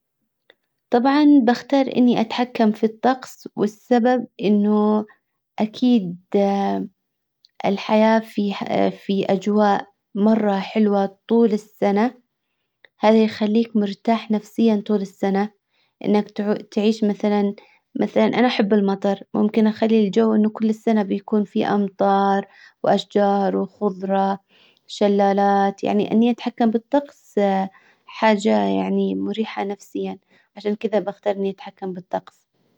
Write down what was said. طبعا بختار اني اتحكم في الطقس والسبب انه اكيد الحياة في في اجواء مرة حلوة طول السنة. هذا يخليك مرتاح نفسيا طول السنة. ا نك تعيش مثلا مثلا انا أحب المطر ممكن اخلي الجو انه كل سنة بيكون في امطار واشجار وخضرة شلالات يعني اني اتحكم بالطقس حاجة يعني مريحة نفسيا عشان كذا بختار اني اتحكم بالطقس.